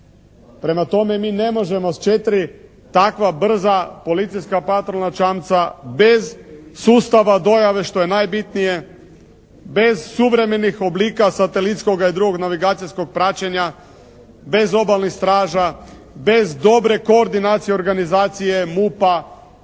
Prema tome mi ne možemo s četiri takva brza policijska patronalna čamca bez sustava dojave što je najbitnije, bez suvremenih oblika satelitskoga i drugog navigacijskog praćenja, bez obalnih straža, bez dobre koordinacije organizacije MUP-a,